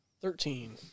Thirteen